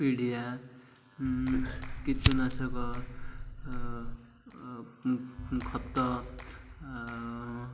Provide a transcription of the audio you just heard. ପିଡ଼ିଆ କୀଟନାଶକ ଖତ